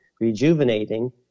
rejuvenating